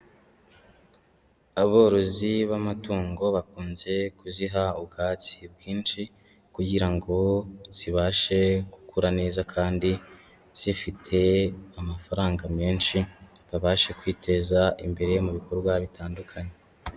Aborozi b'amatungo bakunze kuziha ubwatsi bwinshi kugira ngo zibashe gukura neza kandi zifite amafaranga menshi, babashe kwiteza imbere mu bikorwa bitandukanye.